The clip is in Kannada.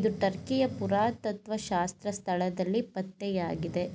ಇದು ಟರ್ಕಿಯ ಪುರಾತತ್ತ್ವಶಾಸ್ತ್ರ ಸ್ಥಳದಲ್ಲಿ ಪತ್ತೆಯಾಗಿದೆ